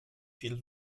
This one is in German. viel